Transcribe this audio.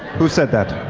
who said that?